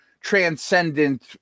transcendent